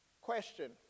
Question